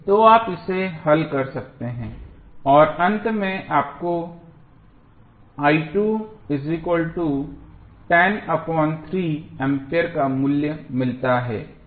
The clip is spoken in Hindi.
तो आप इसे हल कर सकते हैं और अंत में आपको एम्पीयर का मूल्य मिलता है